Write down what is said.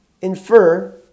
infer